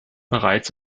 bereits